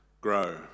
grow